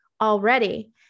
already